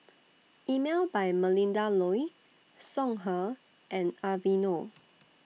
Emel By Melinda Looi Songhe and Aveeno